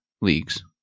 leagues